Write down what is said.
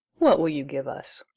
what will you give us?